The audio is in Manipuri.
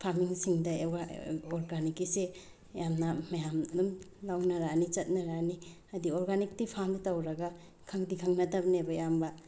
ꯐꯥꯔꯃꯤꯡꯁꯤꯡꯗ ꯑꯣꯔꯒꯥꯅꯤꯛꯀꯤꯁꯦ ꯌꯥꯝꯅ ꯃꯌꯥꯝ ꯑꯗꯨꯝ ꯂꯧꯅꯔꯛꯑꯅꯤ ꯆꯠꯅꯔꯛꯑꯅꯤ ꯍꯥꯏꯗꯤ ꯑꯣꯔꯒꯥꯅꯤꯛꯇꯤ ꯐꯥꯝꯗꯤ ꯇꯧꯔꯒ ꯈꯪꯗꯤ ꯈꯪꯅꯗꯝꯅꯦꯕ ꯑꯌꯥꯝꯕ